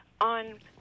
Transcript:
on